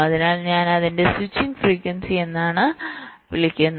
അതിനാൽ ഞാൻ അതിനെ സ്വിച്ചിന്റെ ഫ്രീക്വൻസി എന്നാണ് വിളിക്കുന്നത്